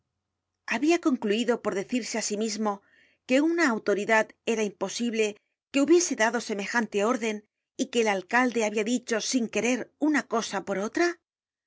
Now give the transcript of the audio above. habia concluido por decirse á sí mismo que una autoridad era imposible que hubiese dado semejante órden y que el alcalde habia dicho sin querer una cosa por otra